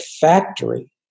factory